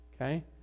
Okay